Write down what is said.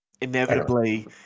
inevitably